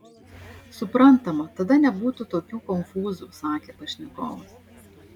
suprantama tada nebūtų tokių konfūzų sakė pašnekovas